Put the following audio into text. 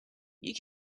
you